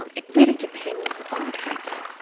um it really depends on the case.